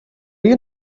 you